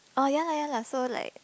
oh ya lah ya lah so like